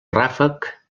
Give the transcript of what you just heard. ràfec